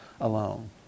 alone